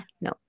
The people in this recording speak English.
No